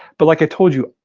but like i told you,